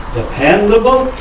dependable